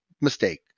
mistake